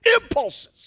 Impulses